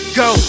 go